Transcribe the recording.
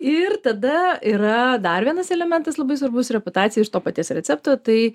ir tada yra dar vienas elementas labai svarbus reputacija iš to paties recepto tai